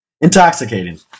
intoxicating